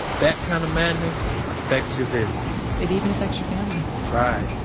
that kind of madness, affects your visits it even affects your family right.